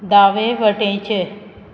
दावे वटेचे